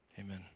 amen